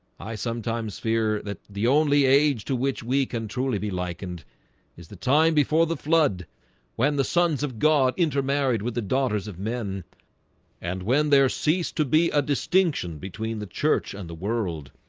i sometimes fear that the only age to which we can truly be likened is the time before the flood when the sons of god intermarried with the daughters of men and when there ceased to be a distinction between the church and the world